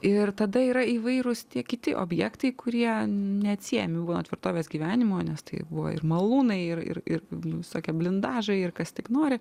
ir tada yra įvairūs tie kiti objektai kurie neatsiejami nuo tvirtovės gyvenimo nes tai buvo ir malūnai ir ir ir visokie blindažai ir kas tik nori